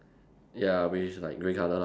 ya which like grey colour lah